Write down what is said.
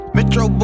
Metro